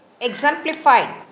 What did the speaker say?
exemplified